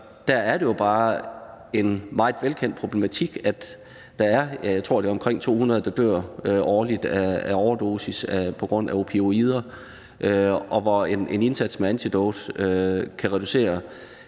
Der er det jo bare en meget velkendt problematik, at der vistnok er omkring 200, der dør årligt af overdosis på grund af opioider. En indsats med antidot kan reducere